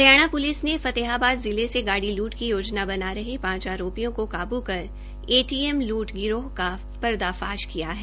Haryana police ने फतेहाबाद जिले से गाड़ी लूट की योजना बना रहे पांच आरोपियों को काब् कर एटीएम लूट गिरोह का पर्दाफाश किया है